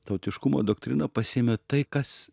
tautiškumo doktriną pasiėmė tai kas